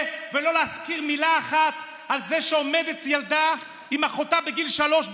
ולא להזכיר במילה אחת שעומדת ילדה עם אחותה בגיל שלוש,